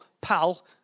pal